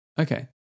Okay